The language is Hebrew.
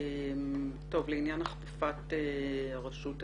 לעניין הכפפת הרשות אליכם,